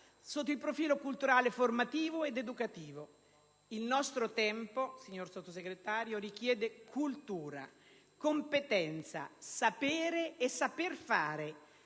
sotto il profilo culturale, formativo ed educativo. Il nostro tempo, signora Sottosegretario, richiede cultura, competenza, sapere e saper fare,